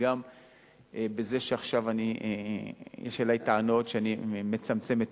גם עכשיו יש כלפי טענות שאני מצמצם את